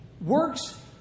Works